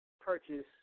purchase